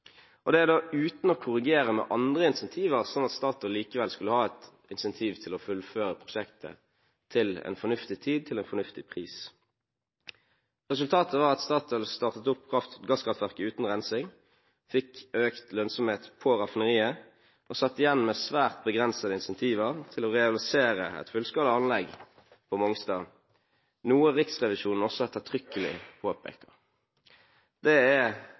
uten å korrigere med andre incentiver, slik at Statoil likevel skulle ha et incentiv til å fullføre prosjektet til en fornuftig tid til en fornuftig pris. Resultatet var at Statoil startet opp gasskraftverket uten rensing, fikk økt lønnsomhet på raffineriet, og satt igjen med svært begrensede incentiver til å realisere et fullskala anlegg på Mongstad, noe Riksrevisjonen også ettertrykkelig påpeker. Det er